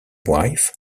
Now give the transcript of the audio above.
wife